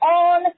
on